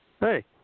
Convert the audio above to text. Hey